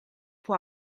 può